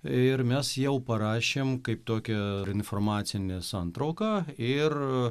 ir mes jau parašėm kaip tokią informacinę santrauką ir